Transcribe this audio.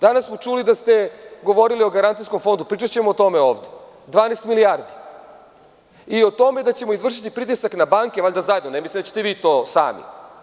Danas smo čuli da ste govorili o garancijskom fondu pričaćemo o tome ovde, 12 milijardi, i o tome da ćemo izvršiti pritisak na banke valjda zajedno, ne mislim da će te vi to sami.